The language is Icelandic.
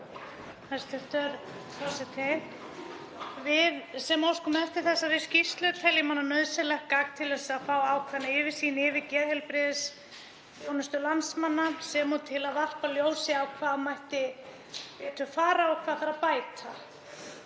Hæstv. forseti. Við sem óskum eftir þessari skýrslu teljum hana nauðsynlegt gagn til að fá ákveðna yfirsýn yfir geðheilbrigðisþjónustu landsmanna sem og til að varpa ljósi á hvað mætti betur fara og hvað þarf að bæta.